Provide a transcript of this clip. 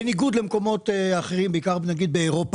בניגוד למקומות אחרים, בעיקר באירופה.